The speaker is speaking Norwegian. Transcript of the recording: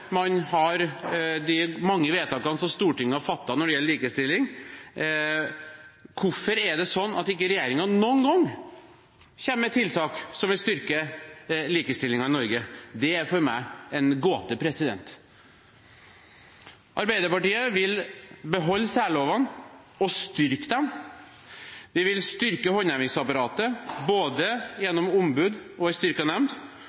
gjelder likestilling, hvorfor er det sånn at ikke regjeringen noen gang kommer med tiltak som vil styrke likestillingen i Norge? Det er for meg en gåte. Arbeiderpartiet vil beholde særlovene og styrke dem. Vi vil styrke håndhevingsapparatet gjennom både